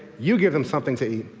you give them something to eat.